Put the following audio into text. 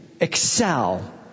Excel